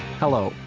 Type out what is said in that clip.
hello,